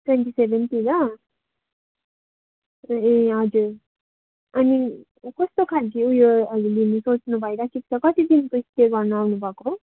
ट्वेन्टीसेभेनतिर ए हजुर अनि कस्तो खाले उयोहरू घुम्नु सोच्नु भइराखेको छ कति दिनको स्टे गर्न आउनु भएको